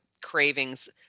cravings